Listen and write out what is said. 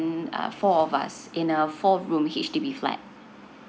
four of us in a four room H_D_B flat